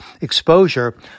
exposure